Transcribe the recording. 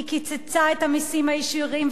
היא קיצצה את המסים הישירים,